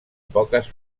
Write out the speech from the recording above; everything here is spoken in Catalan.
poques